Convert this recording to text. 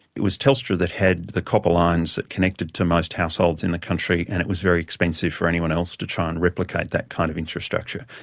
it was telstra that had the copper lines that connected to most households in the country and it was very expensive for anyone else to try and replicate that kind of infrastructure.